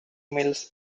mills